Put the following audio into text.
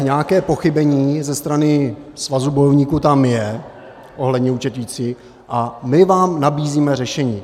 Nějaké pochybení ze strany svazu bojovníků tam je ohledně účetnictví a my vám nabízíme řešení.